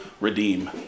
redeem